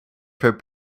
for